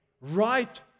right